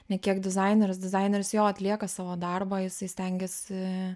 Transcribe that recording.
nė kiek dizaineris dizaineris jo atlieka savo darbą jisai stengėsi